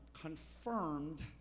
confirmed